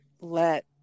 let